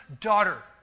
daughter